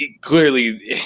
clearly